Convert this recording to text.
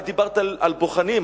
את דיברת על בוחנים,